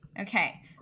Okay